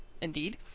Indeed